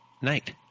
night